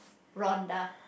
Ronda